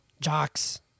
jocks